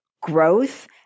growth